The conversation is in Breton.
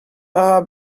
petra